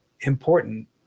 important